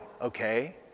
Okay